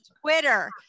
Twitter